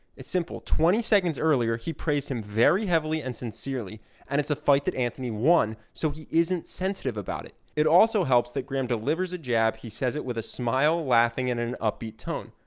it's simple. twenty seconds earlier, he praised him very heavily and sincerely and it's a fight that anthony won so he isn't sensitive about it. it also helps that graham delivers a jab he says it with a smile, laughing, and an upbeat tone.